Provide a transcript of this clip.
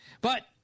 But-